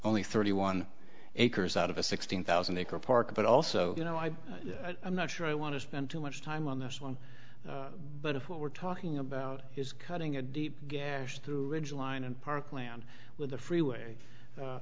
only thirty one acres out of a sixteen thousand acre park but also you know i i'm not sure i want to spend too much time on this one but if what we're talking about is cutting a deep gash through ridge line and parkland with the freeway